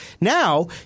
Now